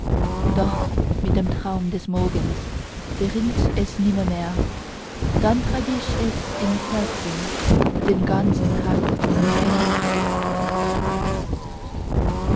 doch mit dem traum des morgens zerrinnt es nimmermehr dann trag ich es im herzen den ganzen tag umher